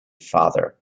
father